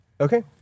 Okay